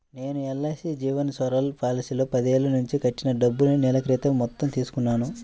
నేను ఎల్.ఐ.సీ జీవన్ సరల్ పాలసీలో పదేళ్ళ నుంచి కట్టిన డబ్బుల్ని నెల క్రితం మొత్తం తీసుకున్నాను